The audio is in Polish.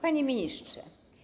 Panie Ministrze!